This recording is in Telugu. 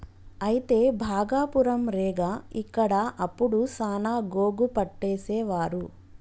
అయితే భాగపురం రేగ ఇక్కడ అప్పుడు సాన గోగు పట్టేసేవారు